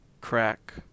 crack